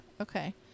Okay